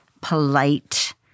polite